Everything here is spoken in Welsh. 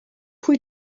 pwy